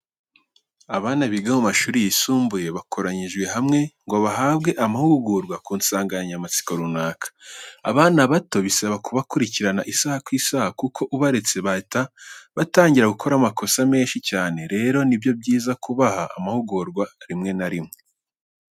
Abana biga mu mashuri yisumbuye bakoranyijwe hamwe ngo bahabwe amahugurwa ku nsanganyamatsiko runaka. Abana bato bisaba kubakurikirana isaha ku isaha kuko ubaretse bahita batangira gukora amakosa menshi cyane, rero ni byiza kubaha amahugurwa rimwe na rimwe.